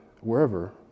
wherever